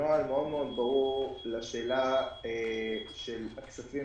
נוהל מאוד ברור לשאלה של הכספים